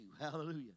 Hallelujah